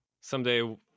someday